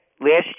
last